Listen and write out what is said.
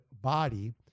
body